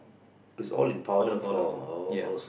all in powder form ya